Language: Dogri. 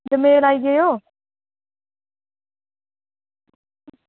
दोमेल आई जायो